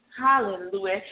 Hallelujah